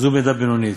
זו מידה בינונית,